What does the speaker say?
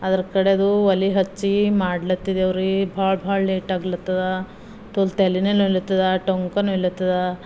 ಅದ್ರ ಕಡೆದು ಒಲೆ ಹಚ್ಚಿ ಮಾಡ್ಲತ್ತಿದೆವ ರೀ ಭಾಳ ಭಾಳ ಲೇಟಾಗ್ಲತ್ತದ ಪುಲ್ ತೆಲಿನೇ ನೋಯ್ಲತ್ತದ ಟೊಂಕ ನಿಲ್ಲತ್ತದ